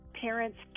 Parents